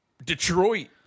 Detroit